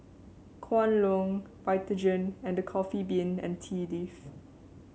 Kwan Loong Vitagen and The Coffee Bean and Tea Leaf